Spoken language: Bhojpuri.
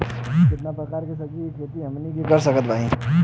कितना प्रकार के सब्जी के खेती हमनी कर सकत हई?